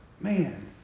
man